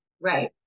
Right